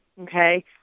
Okay